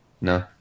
No